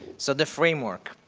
so the framework